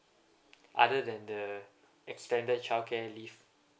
other than the extended childcare leave